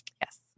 Yes